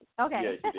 Okay